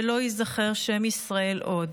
ולא יזָכר שם ישראל עוד.